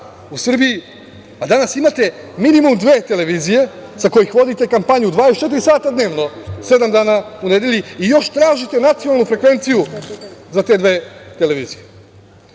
u Srbiji, a danas imate minimum dve televizije sa kojih vodite kampanju 24 sata dnevno, sedam dana u nedelji, i još tražite nacionalnu frekvenciju za te dve televizije. Zamislite